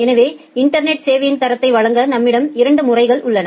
எனவேஇன்டர்நெட்டில் சேவையின் தரத்தை வழங்க நம்மிடம் இரண்டு முறைகள் உள்ளன